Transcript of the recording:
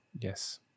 yes